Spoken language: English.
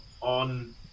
on